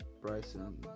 Bryson